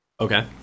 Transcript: okay